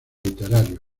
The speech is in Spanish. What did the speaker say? literarios